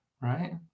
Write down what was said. right